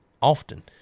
often